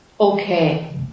Okay